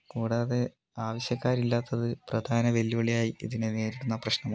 കൂടാതെ ആവശ്യക്കാരില്ലാത്തത് പ്രധാന വെല്ലുവിളിയായി ഇതിനെ നേരിടുന്ന പ്രശ്നമാണ്